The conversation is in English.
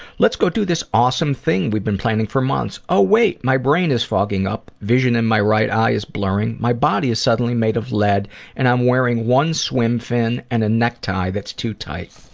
let's go do this awesome thing we've been planning for months. oh wait, my brain is fogging up, the vision in my right eye is blurring, my body is suddenly made of lead and i'm wearing one swim fin and a necktie that's too tight.